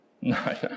No